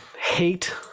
hate